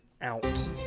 out